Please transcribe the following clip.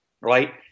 Right